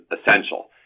essential